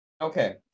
Okay